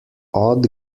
odd